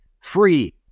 free